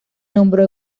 nombró